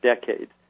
decades